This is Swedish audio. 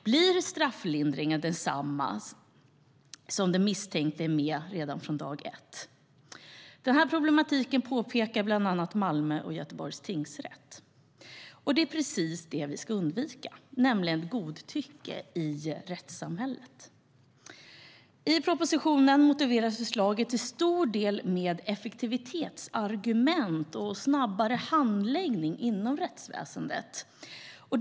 Blir strafflindringen densamma om den misstänkte är med redan från dag ett? Den här problematiken påpekar bland annat både Malmö och Göteborgs tingsrätt, och det är precis det vi ska undvika: godtycklighet i rättssamhället. I propositionen motiveras förslaget till stor del med effektivitetsargument och att handläggningen inom rättsväsendet skulle bli snabbare.